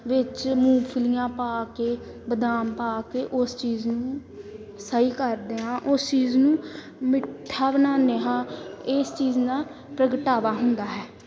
ਵਿੱਚ ਮੂੰਗਫਲੀਆਂ ਪਾ ਕੇ ਬਦਾਮ ਪਾ ਕੇ ਉਸ ਚੀਜ਼ ਨੂੰ ਸਹੀ ਕਰਦੇ ਹਾਂ ਉਸ ਚੀਜ਼ ਨੂੰ ਮਿੱਠਾ ਬਣਾਉਂਦੇ ਹਾਂ ਇਸ ਚੀਜ਼ ਨਾਲ ਪ੍ਰਗਟਾਵਾ ਹੁੰਦਾ ਹੈ